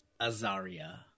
Azaria